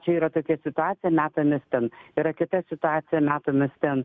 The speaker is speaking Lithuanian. čia yra tokia situacija metamės ten yra kita situacija metamės ten